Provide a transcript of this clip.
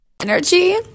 energy